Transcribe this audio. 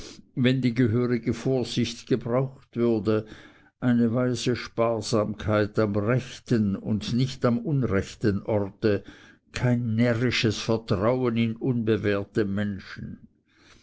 wenn die gehörige vorsicht gebraucht würde eine weise sparsamkeit am rechten und nicht am unrechten orte kein närrisches vertrauen in unbewährte menschen